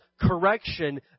correction